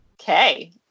Okay